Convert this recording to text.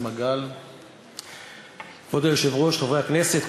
חברי הכנסת,